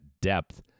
depth